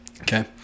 okay